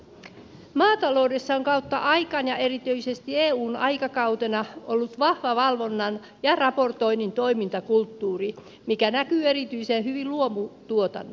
maataloudessa on kautta aikain ja erityisesti eun aikakautena ollut vahva valvonnan ja raportoinnin toimintakulttuuri mikä näkyy erityisen hyvin luomutuotannossa